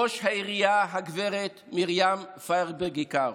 ראש העירייה גב' מרים פיירברג-איכר,